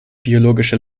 biologische